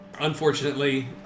unfortunately